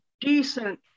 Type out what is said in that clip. decent